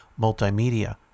multimedia